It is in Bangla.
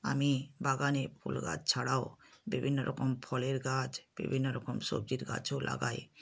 আমি বাগানে ফুল গাছ ছাড়াও বিভিন্ন রকম ফলের গাছ বিভিন্ন রকম সবজির গাছও লাগাই